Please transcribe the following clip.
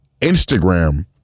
Instagram